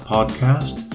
Podcast